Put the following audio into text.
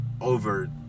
over